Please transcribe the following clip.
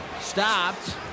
stopped